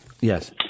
Yes